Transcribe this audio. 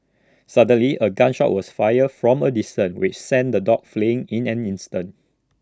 suddenly A gun shot was fired from A distance which sent the dogs fleeing in an instant